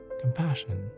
compassion